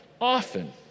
often